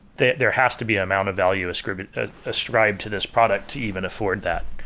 there there has to be amount of value ascribed ah ascribed to this product to even afford that.